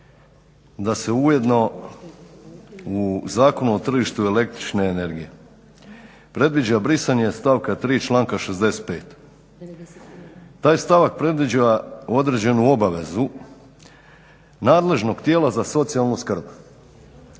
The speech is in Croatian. da se ujedno u Zakonu o tržištu električne energije predviđa brisanje stavka 3. članka 65. Taj stavak predviđa određenu obavezu nadležnog tijela za socijalnu skrb.